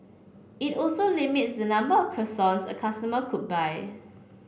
it also limits the number of croissants a customer could buy